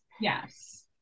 yes